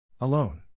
Alone